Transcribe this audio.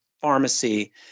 pharmacy